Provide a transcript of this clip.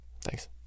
Thanks